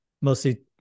mostly